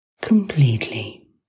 completely